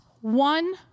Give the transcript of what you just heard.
one